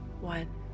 one